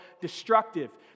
destructive